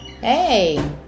Hey